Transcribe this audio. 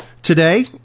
Today